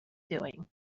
doing